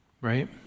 right